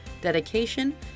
dedication